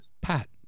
Pat